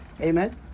amen